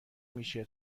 میشه